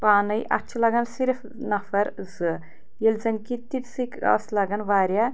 پانَے اَتھ چھِ لگان صرِف نفر زٕ ییٚلہِ زَن کہِ تِتسٕے لَگان واریاہ